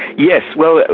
yes. well, ah